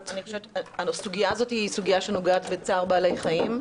הסוגיה הזאת נוגעת לצער בעלי חיים.